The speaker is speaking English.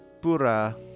Pura